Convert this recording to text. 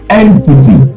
entity